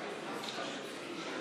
מה אתם